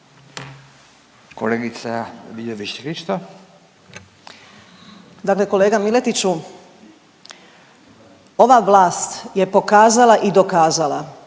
Karolina (OIP)** Dakle, kolega Miletiću, ova vlast je pokazala i dokazala